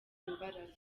imbaraga